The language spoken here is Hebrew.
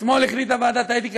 אתמול החליטה ועדת האתיקה,